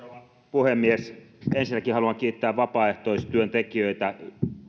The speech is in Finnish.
puhemies ensinnäkin haluan kiittää vapaaehtoistyöntekijöitä